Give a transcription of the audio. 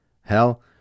Hell